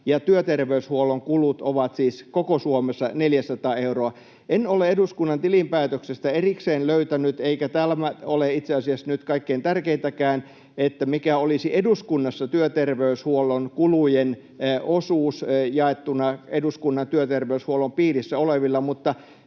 työterveyshuollon kulut ovat siis koko Suomessa 400 euroa. En ole eduskunnan tilinpäätöksestä erikseen löytänyt — eikä tämä ole itse asiassa nyt kaikkein tärkeintäkään — mikä olisi eduskunnassa työterveyshuollon kulujen osuus jaettuna eduskunnan työterveyshuollon piirissä olevilla.